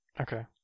Okay